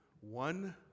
One